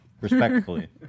respectfully